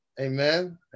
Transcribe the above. Amen